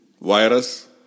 virus